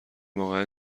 واقعا